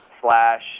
slash